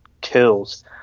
kills